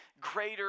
greater